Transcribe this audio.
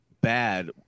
bad